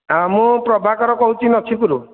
ହଁ ମୁଁ ପ୍ରଭାକର କହୁଛି ନଛିପୁରରୁ